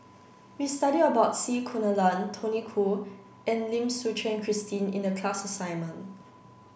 we studied about C Kunalan Tony Khoo and Lim Suchen Christine in the class assignment